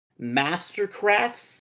mastercrafts